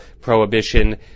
prohibition